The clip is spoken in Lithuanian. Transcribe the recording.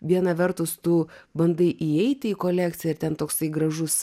viena vertus tu bandai įeiti į kolekciją ir ten toksai gražus